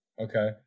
Okay